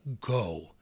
go